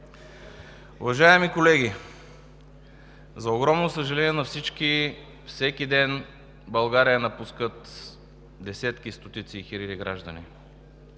Уважаеми колеги, за огромно съжаление на всички, всеки ден България напускат десетки, стотици и хиляди граждани.